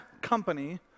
company